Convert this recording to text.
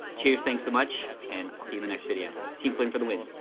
cheers, thanks so much. and i'll see you in the next video. team flynn for the win.